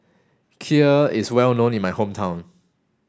Kheer is well known in my hometown